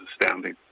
astounding